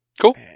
Cool